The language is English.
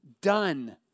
done